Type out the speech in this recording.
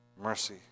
mercy